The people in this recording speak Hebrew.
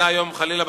חלילה,